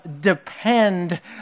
depend